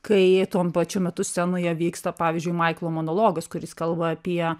kai tuom pačiu metu scenoje vyksta pavyzdžiui maiklo monologas kuris kalba apie